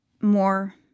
more